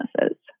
businesses